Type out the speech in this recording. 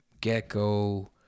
Gecko